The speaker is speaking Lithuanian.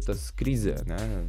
tos krizė ane